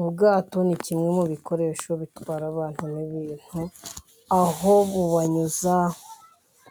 Ubwato ni kimwe mu bikoresho bitwara abantu n' ibintu, aho bubanyuza